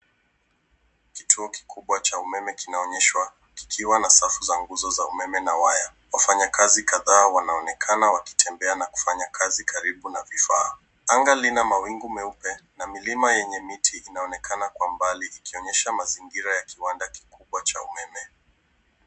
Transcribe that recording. Kituo kikubwa cha umeme kinaonyeshwa kikiwa na safu za nguzo za umeme na waya. Wafanyikazi kadhaa wanaonekana wakitembea na kufanya kazi karibu na vifaa. Anga lina mawingu meupe na milima yenye miti inaonekana kwa mbali ikionyesha mazingira ya kiwanda kikubwa cha umeme.